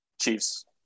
Chiefs